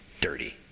dirty